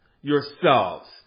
yourselves